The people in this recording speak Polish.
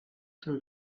tym